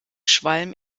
schwalm